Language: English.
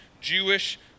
Jewish